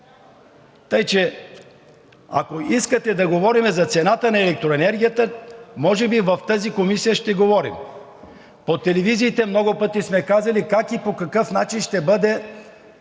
Така че, ако искате да говорим за цената на електроенергията, може би в тази комисия ще говорим. По телевизиите много пъти сме казали как и по какъв начин ще бъде